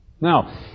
Now